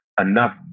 enough